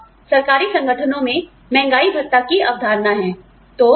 अब सरकारी संगठनों में महंगाईभत्ता की अवधारणा है